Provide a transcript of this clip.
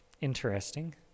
Interesting